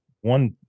one